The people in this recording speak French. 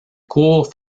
court